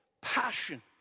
passion